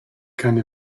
keine